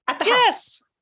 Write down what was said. yes